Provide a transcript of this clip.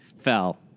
fell